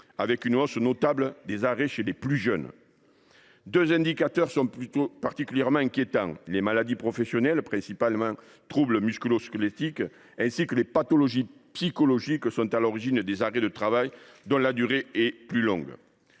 avec une augmentation notable des absences chez les plus jeunes. Deux indicateurs sont particulièrement inquiétants : les maladies professionnelles, principalement les troubles musculo squelettiques, ainsi que les pathologies psychologiques sont à l’origine des arrêts de travail dont la durée est la plus longue.